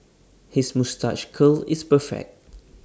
his moustache curl is perfect